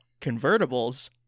convertibles